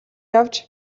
явж